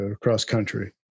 cross-country